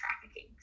trafficking